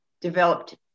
developed